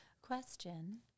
Question